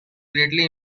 greatly